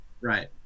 right